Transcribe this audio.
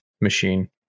machine